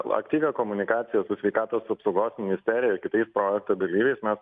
aktyvią komunikaciją su sveikatos apsaugos ministerija ir kitais projekto dalyviais mes